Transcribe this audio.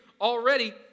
Already